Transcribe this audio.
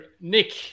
Nick